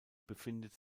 befindet